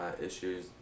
issues